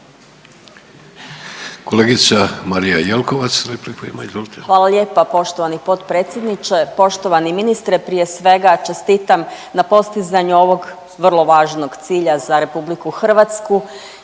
izvolite. **Jelkovac, Marija (HDZ)** Hvala lijepa poštovani potpredsjedniče. Poštovani ministre prije svega čestitam na postizanju ovog vrlo važnog cilja za RH i u stvari